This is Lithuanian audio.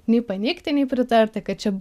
nei paneigti nei pritarti kad čia